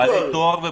לא תארים.